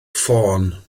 ffôn